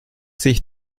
sich